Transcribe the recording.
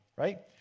Right